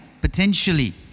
potentially